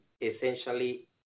essentially